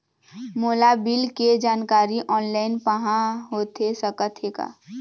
मोला बिल के जानकारी ऑनलाइन पाहां होथे सकत हे का?